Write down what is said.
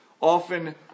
often